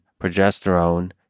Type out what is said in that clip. progesterone